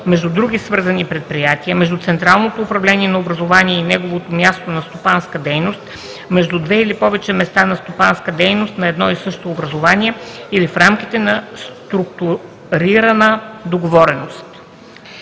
между други свързани предприятия, между централното управление на образувание и негово място на стопанска дейност, между две или повече места на стопанска дейност на едно и също образувание или в рамките на структурирана договореност.